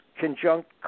conjunct